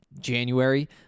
January